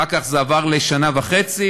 ואחר כך זה עבר לשנה וחצי,